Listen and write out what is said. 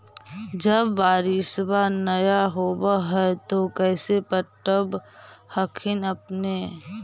जब बारिसबा नय होब है तो कैसे पटब हखिन अपने?